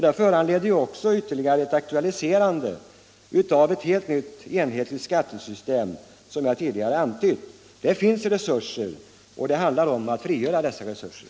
Detta föranleder oss att aktualisera ett helt nytt enhetligt skattesystem som jag tidigare antytt. Det finns resurser. Det handlar om att frigöra dessa resurser.